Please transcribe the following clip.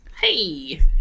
Hey